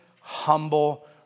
humble